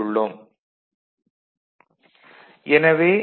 x y x Adsorption x x'